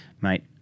Mate